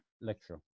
lecture